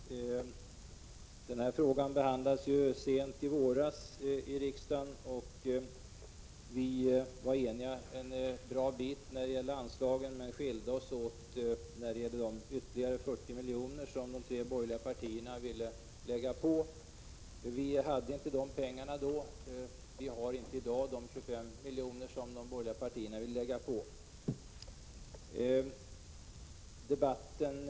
Fru talman! Den här frågan behandlades i riksdagen sent i våras. Vi var då ganska eniga när det gällde anslagen, men våra uppfattningar skilde sig åt när det gällde de ytterligare 40 milj.kr. som de borgerliga partierna ville att man skulle anslå. Vi hade då inte dessa pengar, och vi har i dag inte de 25 miljoner som de borgerliga partierna önskar ytterligare skola anslås.